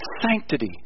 sanctity